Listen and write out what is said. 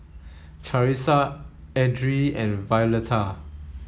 Charissa Edrie and Violeta